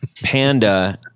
Panda